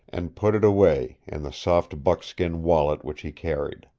and put it away in the soft buckskin wallet which he carried.